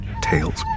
tails